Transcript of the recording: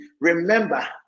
remember